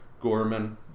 Gorman